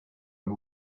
and